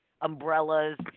umbrellas